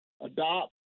adopt